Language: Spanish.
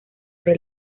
del